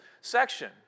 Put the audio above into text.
section